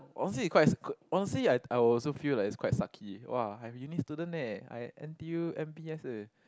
honestly it quite honestly I I would also feel like it's quite sucky !wah! I'm uni student leh I N_T_U N_B_S